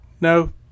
No